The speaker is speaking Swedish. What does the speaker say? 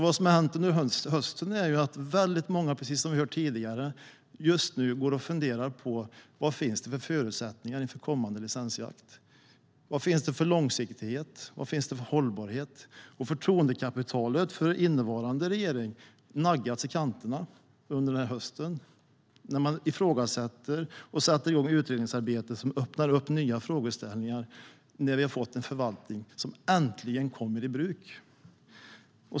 Vad som har hänt under hösten är, som vi har hört tidigare, att det blivit väldigt många som går och funderar på vad det finns för förutsättningar inför kommande licensjakt. Vad finns det för långsiktighet och hållbarhet? Förtroendekapitalet för innevarande regering har naggats i kanterna under hösten, då man ägnat sig åt ifrågasättanden och satt igång utredningsarbete som öppnar nya frågeställningar när vi äntligen har fått en förvaltning som kommit i bruk.